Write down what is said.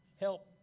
help